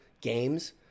games